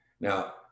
Now